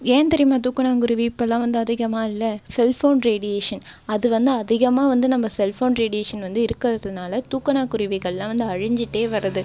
ஏன் தெரியுமா தூக்கணாங்குருவி இப்பெல்லாம் வந்து அதிகமாக இல்லை செல் ஃபோன் ரேடியேஷன் அது வந்து அதிகமாக வந்து நம்ம செல் ஃபோன் ரேடியேஷன் வந்து இருக்கிறதுனால தூக்கணாங்குருவிகளெல்லாம் வந்து அழிஞ்சுட்டே வருது